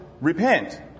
repent